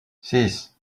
six